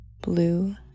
Blue